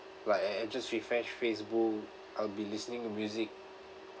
like I I just refresh facebook I'll be listening to music